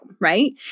right